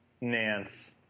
Nance